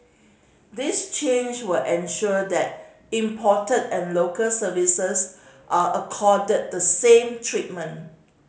this change will ensure that imported and local services are accorded the same treatment